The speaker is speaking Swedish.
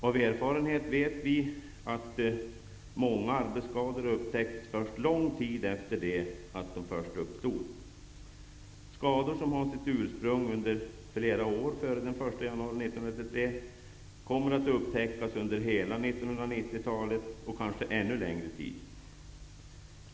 Av erfarenhet vet vi att många arbetsskador upptäcks först lång tid efter det att de först uppstod. Skador som har sitt ursprung under flera år före den 1 januari 1993 kommer att upptäckas under hela 1990-talet, och kanske ännu längre fram.